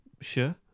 sure